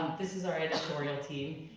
this is our editorial team.